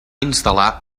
instal·lar